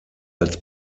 als